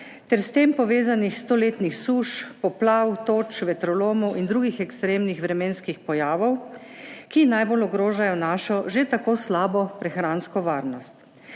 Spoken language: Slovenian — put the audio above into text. ter s tem povezanih stoletnih suš, poplav, toč, vetrolomov in drugih ekstremnih vremenskih pojavov, ki najbolj ogrožajo našo že tako slabo prehransko varnost.